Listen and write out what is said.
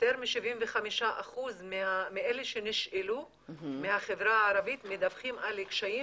יותר מ-75% מאלה שנשאלו מהחברה הערבית מדווחים על קשיים